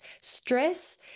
stress